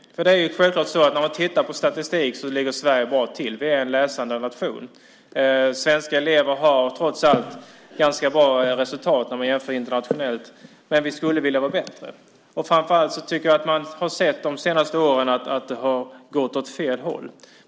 I statistiken ligger Sverige självklart bra till. Vi är en läsande nation. Svenska elever har trots allt ganska bra resultat när vi jämför internationellt, men vi skulle vilja vara bättre. De senaste åren tycker jag att man har kunnat se att det har gått åt fel håll.